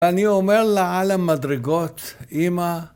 אני אומר לה על המדרגות, אמא